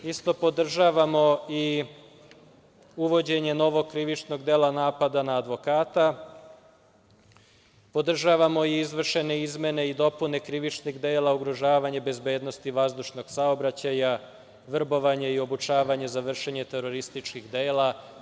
Isto podržavamo i uvođenje novog krivičnog dela napada na advokata., podržavamo izvršene izmene i dopune krivičnih dela ugrožavanja bezbednosti vazdušnog saobraćaja, vrbovanje i obučavanje za vršenje terorističkih dela.